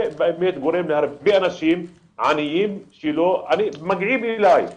זה גורם להרבה אנשים עניים שיגיעו פעם,